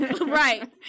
Right